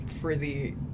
frizzy